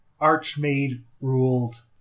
archmaid-ruled